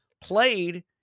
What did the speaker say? played